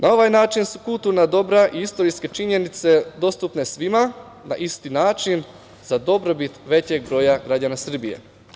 Na ovaj način su kulturna dobra i istorijske činjenice dostupne svima na isti način za dobrobit većeg broja građana Srbije.